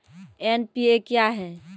NPA क्या हैं?